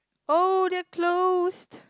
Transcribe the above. oh they're closed